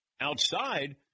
outside